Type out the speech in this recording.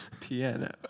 piano